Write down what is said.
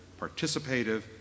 participative